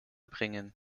bringen